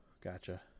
Gotcha